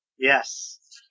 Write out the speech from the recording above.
Yes